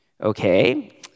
Okay